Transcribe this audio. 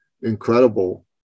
incredible